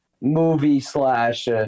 movie-slash-